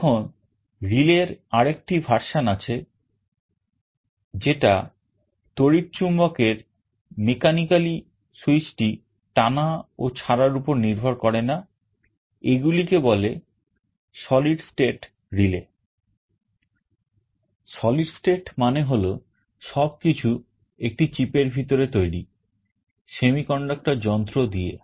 এখন relay এর আরেকটি version আছে যেটা তড়িৎ চুম্বক এর mechanically সুইচটি টানা ও ছাড়ার উপর নির্ভর করে না এগুলিকে বলে solid state relay Solid state মানে হল সবকিছু একটি chipএর ভিতরে তৈরি semiconductor যন্ত্র দিয়ে